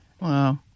wow